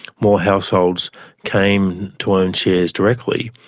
more households came to own shares directly.